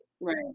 Right